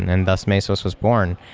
and and thus mesos was born,